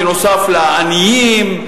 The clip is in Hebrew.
נוסף על העניים,